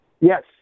Yes